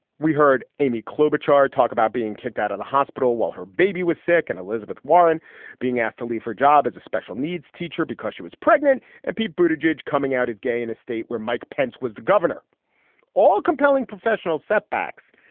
we heard amy klobuchar and talk about being kicked out of the hospital while her baby was sick and elizabeth warren being asked to leave her job as a special needs teacher because she was pregnant and he booted george coming out his gay and a state where mike pence was the governor all compelling professional setbacks.